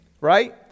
right